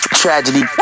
Tragedy